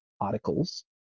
articles